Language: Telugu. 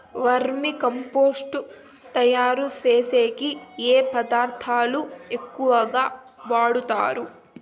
వర్మి కంపోస్టు తయారుచేసేకి ఏ పదార్థాలు ఎక్కువగా వాడుతారు